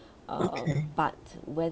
err but whether